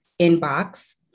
inbox